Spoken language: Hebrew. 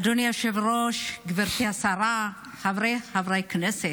אדוני היושב-ראש, גברתי השרה, חבריי חברי הכנסת,